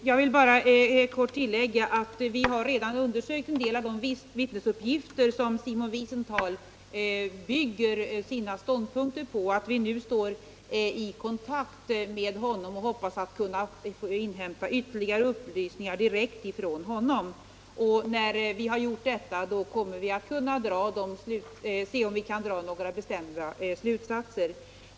Herr talman! Jag vill bara kort tillägga att vi redan undersökt en del av de viltnesuppgifter som Simon Wiesenthal bygger sina ståndpunkter på. Vi står nu i kontakt med honom och hoppas kunna inhämta ytterligare upplysningar direkt från honom. När vi har gjort det får vi se om vi kan dra några bestämda slutsatser.